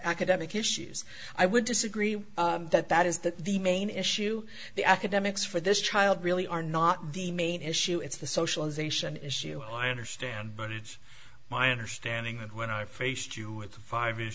academic issues i would disagree that that is that the main issue the academics for this child really are not the main issue it's the socialization issue i understand but it's my understanding that when i faced you with the five is